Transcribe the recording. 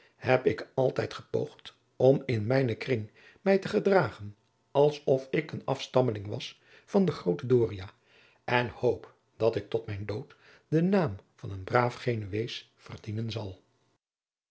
heb ik altijd gepoogd om in mijnen kring mij te gedragen als of ik een afstammeling was van den grooten doria en hoop dat ik tot mijn dood den naam van een braaf genuees verdienen zal